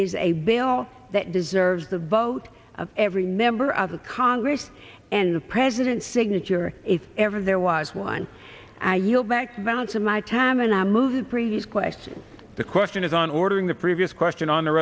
is a bill that deserves the vote of every member of the congress and the president's signature if ever there was one and i yield back the balance of my time and i move the previous question the question is on ordering the previous question on